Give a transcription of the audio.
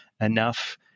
enough